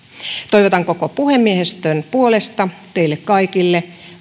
toivotan koko puhemiehistön puolesta teille kaikille